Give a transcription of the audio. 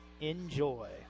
enjoy